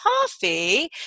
coffee